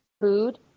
food